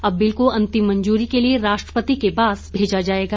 अब बिल को अंतिम मंजूरी के लिए राष्ट्रपति के पास भेजा जाएगा